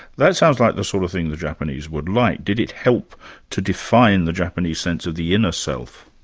that sounds like the sort of thing the japanese would like. did it help to define the japanese sense of the inner self?